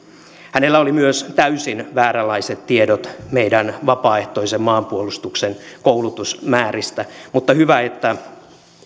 hänellä oli myös täysin vääränlaiset tiedot meidän vapaaehtoisen maanpuolustuksen koulutusmääristä mutta hyvä että